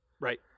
Right